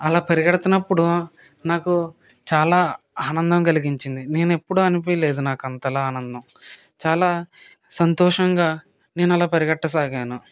అలా పరిగెడుతున్నప్పుడు నాకు చాలా ఆనందం కలిగించింది నేను ఎప్పుడూ అనిపేయలేదు నాకు అంతలా ఆనందం చాలా సంతోషంగా నేను అలా పరిగెట్టసాగాను